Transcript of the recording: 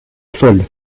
folle